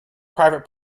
private